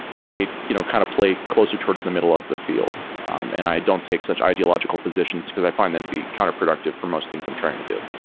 i you know kind of play closer towards the middle of the field um and i don't take such ideological positions because i find them to be counterproductive for most things i'm trying to do.